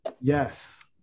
Yes